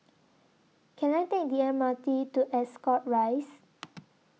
Can I Take The M R T to Ascot Rise